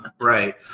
Right